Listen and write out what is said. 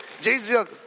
Jesus